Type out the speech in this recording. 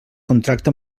contracte